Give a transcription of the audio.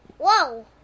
Whoa